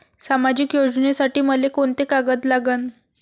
सामाजिक योजनेसाठी मले कोंते कागद लागन?